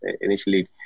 initially